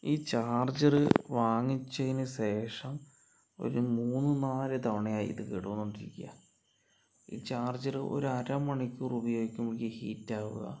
ഈ ചാർജെറ് വാങ്ങിച്ചതിനു ശേഷം ഒരു മൂന്ന് നാലു തവണയായി ഇത് കേടു വന്നോണ്ടിരിക്ക്യ ഈ ചാർജെറ് ഒരു അരമണിക്കൂർ ഉപയോഗിക്കുമ്പോഴേക്ക് ഹീറ്റ് ആകുവാ